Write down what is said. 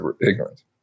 ignorant